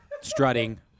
Strutting